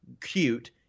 cute